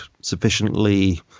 sufficiently